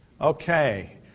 Okay